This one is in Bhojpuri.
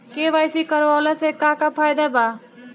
के.वाइ.सी करवला से का का फायदा बा?